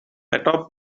atop